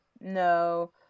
No